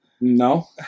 No